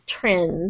trends